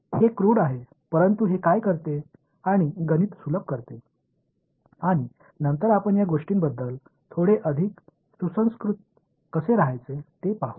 हे क्रूड आहे परंतु हे काय करते हे गणित सुलभ करते आणि नंतर आपण या गोष्टींबद्दल थोडे अधिक सुसंस्कृत कसे रहायचे ते पाहू